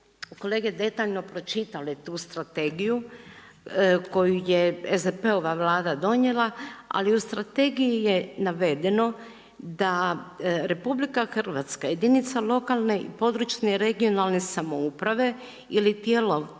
kolege detaljno pročitale tu strategiju koju je SDP-ova vlada donijela, ali u strategiji je navedeno da RH, jedinice lokalne (regionalne) i područne samouprave ili tijelo